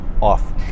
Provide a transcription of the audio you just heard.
off